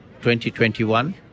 2021